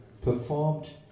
performed